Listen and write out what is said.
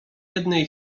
jednej